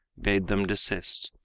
bade them desist,